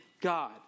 God